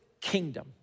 kingdom